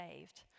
saved